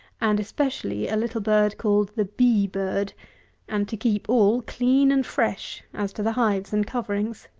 and especially a little bird called the bee-bird and to keep all clean and fresh as to the hives and coverings.